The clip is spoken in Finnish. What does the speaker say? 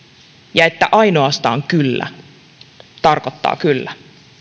ja että ainoastaan kyllä tarkoittaa kyllä